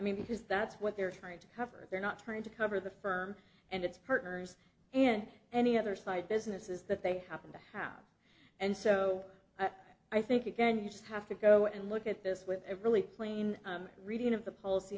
mean because that's what they're trying to cover they're not trying to cover the firm and its partners and any other side businesses that they happen to have and so i think again you just have to go and look at this with a really plain reading of the pol